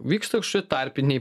vyksta kažkokie tarpiniai